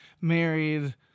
married